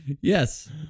yes